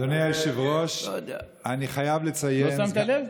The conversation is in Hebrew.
אדוני היושב-ראש, אני חייב לציין, לא שמת לב?